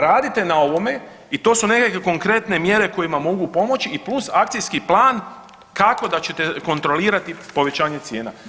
Radite na ovome i to su nekakve konkretne mjere kojima mogu pomoć i plus akcijski plan kako da ćete kontrolirati povećanje cijena.